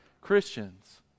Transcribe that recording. Christians